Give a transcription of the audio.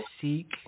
Seek